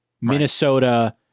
Minnesota